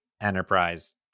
enterprise